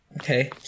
Okay